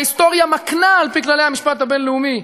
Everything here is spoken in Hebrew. וההיסטוריה מקנה, על-פי כללי המשפט הבין-לאומי,